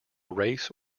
race